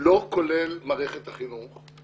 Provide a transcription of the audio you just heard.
לא כולל מערכת החינוך,